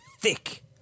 thick